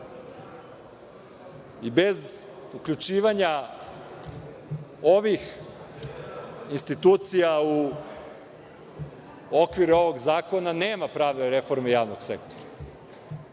Bez uključivanja ovih institucija u okvire ovog zakona nema prave reforme javnog sektora.